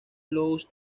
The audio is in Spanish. louis